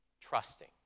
trusting